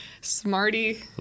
smarty